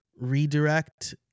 redirect